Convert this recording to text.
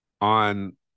on